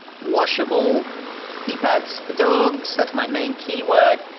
washable pee pads for dogs, that's my main keyword,